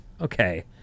okay